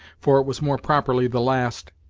for it was more properly the last,